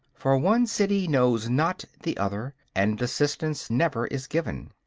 for one city knows not the other, and assistance never is given.